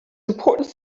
important